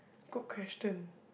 good question